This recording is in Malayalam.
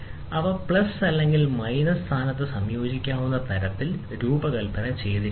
അവ പ്ലസ് അല്ലെങ്കിൽ മൈനസ് സ്ഥാനത്ത് സംയോജിപ്പിക്കാവുന്ന തരത്തിൽ രൂപകൽപ്പന ചെയ്തിരിക്കുന്നു